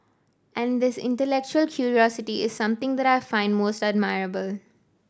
and this intellectual curiosity is something that I find most admirable